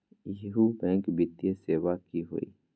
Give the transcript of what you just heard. इहु बैंक वित्तीय सेवा की होई?